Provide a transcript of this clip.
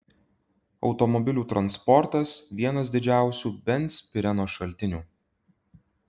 automobilių transportas vienas didžiausių benzpireno šaltinių